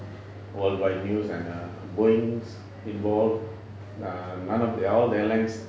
worldwide news and err Boeing involved none of the all the airlines